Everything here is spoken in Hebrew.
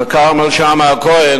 מר כרמל שאמה-הכהן,